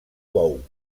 bou